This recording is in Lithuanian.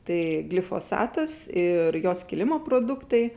tai glifosatas ir jo skilimo produktai